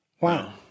Wow